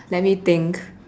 let me think